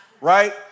Right